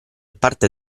parte